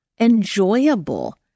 enjoyable